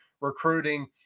Recruiting